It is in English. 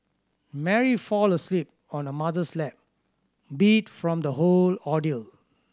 Mary fall asleep on her mother's lap beat from the whole ordeal